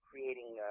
creating